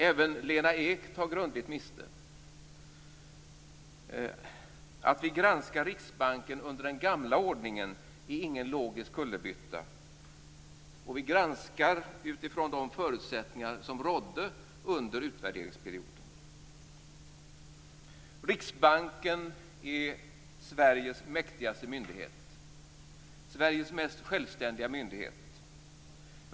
Även Lena Ek tar grundligt miste. Att vi granskar Riksbanken under den gamla ordningen är ingen logisk kullerbytta. Vi granskar utifrån de förutsättningar som rådde under utvärderingsperioden. Riksbanken är Sveriges mäktigaste myndighet, Sveriges mest självständiga myndighet.